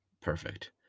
perfect